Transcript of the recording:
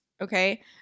okay